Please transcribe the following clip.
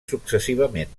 successivament